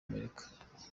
amerika